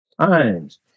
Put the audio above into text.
times